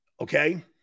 Okay